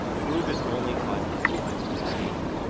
the groove is only five to ten microns deep.